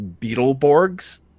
Beetleborgs